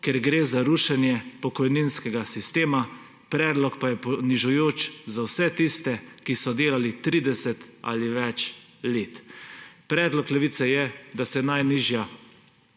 ker gre za rušenje pokojninskega sistema, predlog pa je ponižujoč za vse tiste, ki so delali 30 ali več let. Predlog Levice je, da se najnižja